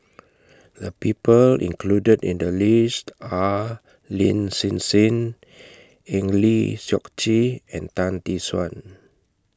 The People included in The list Are Lin Hsin Hsin Eng Lee Seok Chee and Tan Tee Suan